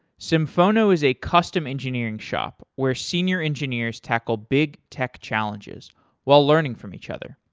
symphono is a custom engineering shop where senior engineers tackle big tech challenges while learning from each other.